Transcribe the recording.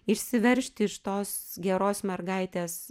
išsiveržti iš tos geros mergaitės